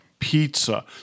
Pizza